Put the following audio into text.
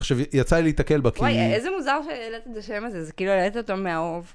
עכשיו, יצא לי להתקל בה כי... וואי, איזה מוזר שהעלת את השם הזה, זה כאילו העלת אותו מהאוב.